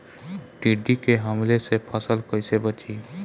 टिड्डी के हमले से फसल कइसे बची?